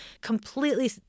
completely